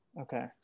okay